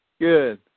Good